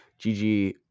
GG